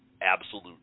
absolute